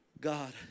God